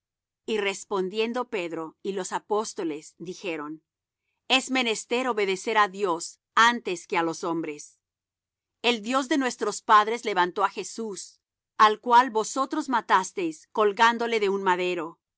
y respondiendo pedro y los apóstoles dijeron es menester obedecer á dios antes que á los hombres el dios de nuestros padres levantó á jesús al cual vosotros matasteis colgándole de un madero a